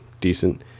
decent